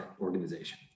organization